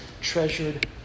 treasured